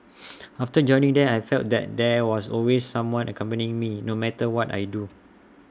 after joining them I felt that there was always someone accompanying me no matter what I do